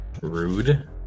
Rude